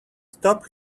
stop